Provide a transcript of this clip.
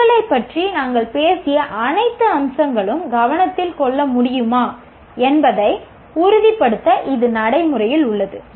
உங்களைப் பற்றி நாங்கள் பேசிய அனைத்து அம்சங்களும் கவனத்தில் கொள்ள முடியுமா என்பதை உறுதிப்படுத்த இது நடைமுறையில் உள்ளது